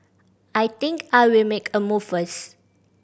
I think I'll make a move first